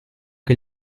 che